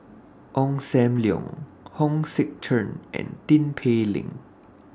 Ong SAM Leong Hong Sek Chern and Tin Pei Ling